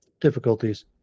difficulties